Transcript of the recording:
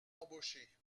embaucher